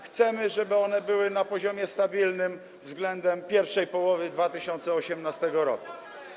Chcemy, żeby one były na poziomie stabilnym względem pierwszej połowy 2018 r.